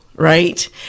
right